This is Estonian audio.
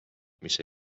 mis